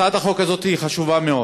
הצעת החוק הזו היא חשובה מאוד.